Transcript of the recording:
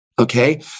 Okay